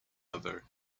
other